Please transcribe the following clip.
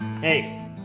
Hey